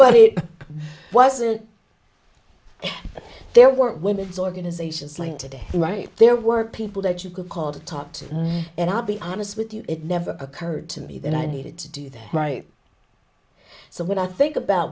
but it wasn't there weren't women's organizations like today right there were people that you could call to talk to and not be honest with you it never occurred to me that i needed to do that right so when i think about